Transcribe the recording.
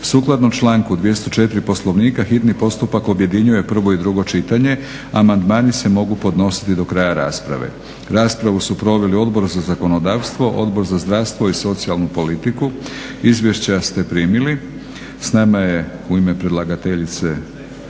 Sukladno članku 204. Poslovnika hitni postupak objedinjuje prvo i drugo čitanje. Amandmani se mogu podnositi do kraja rasprave. Raspravu su proveli Odbor za zakonodavstvo, Odbor za zdravstvo i socijalnu politiku. Izvješća ste primili. S nama je u ime predlagateljice